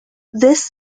this